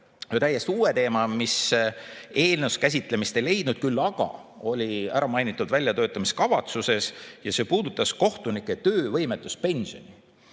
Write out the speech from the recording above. täiesti uue teema, mis eelnõus käsitlemist ei olnud leidnud, küll aga oli see ära mainitud väljatöötamiskavatsuses. See puudutas kohtunike töövõimetuspensioni.